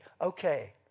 okay